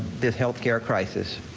this health care crisis.